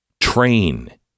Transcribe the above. train